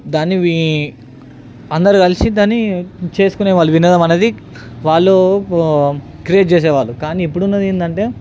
దాన్ని వీ అందరు కలిసి దాన్ని చేసుకొనే వాళ్ళు వినోదం అనేది వాళ్ళు ఓ క్రియేట్ చేసేవాళ్ళు కానీ ఇప్పుడు ఉన్నది ఏంటంటే